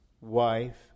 wife